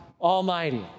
Almighty